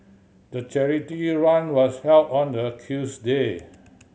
the charity run was held on a Tuesday